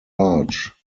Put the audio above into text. large